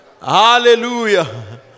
Hallelujah